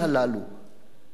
מי שבורח מהם,